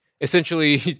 essentially